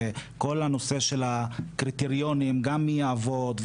וכל הנושא של הקריטריונים גם יעבוד,